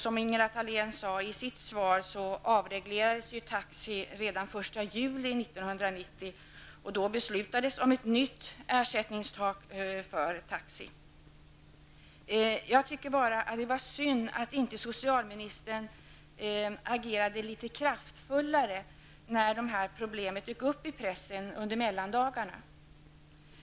Som Ingela Thalén sade i sitt svar avreglerades taxi redan den 1 juli 1990, och då beslutades om ett nytt ersättningstak för taxi. Det var synd att socialministern inte agerade litet kraftfullare när de här problemen dök upp i pressen under mellandagarna.